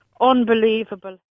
unbelievable